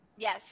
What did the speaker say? Yes